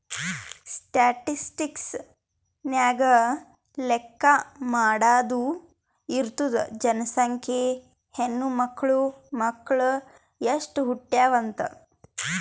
statistics ನಾಗ್ ಲೆಕ್ಕಾ ಮಾಡಾದು ಇರ್ತುದ್ ಜನಸಂಖ್ಯೆ, ಹೆಣ್ಮಕ್ಳು, ಮಕ್ಕುಳ್ ಎಸ್ಟ್ ಹುಟ್ಯಾವ್ ಅಂತ್